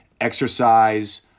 exercise